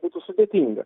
būtų sudėtinga